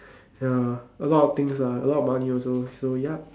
ya a lot of things lah a lot of money also so yup